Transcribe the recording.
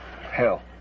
Hell